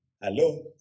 Hello